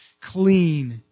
clean